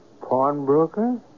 pawnbroker